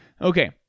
Okay